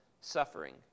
suffering